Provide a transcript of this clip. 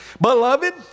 Beloved